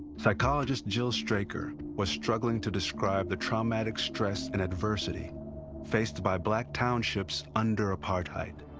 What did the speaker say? psychologist gill straker was struggling to describe the traumatic stress and adversity faced by black townships under apartheid.